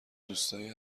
دوستایی